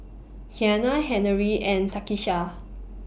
Kiana Henery and Takisha